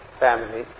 family